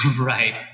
Right